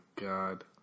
God